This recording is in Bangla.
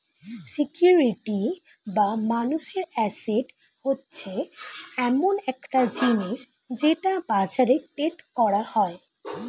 সিকিউরিটি বা মানুষের অ্যাসেট হচ্ছে এমন একটা জিনিস যেটা বাজারে ট্রেড করা যায়